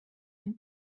ein